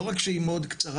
לא רק שהיא מאוד קצרה,